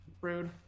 Rude